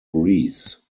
greece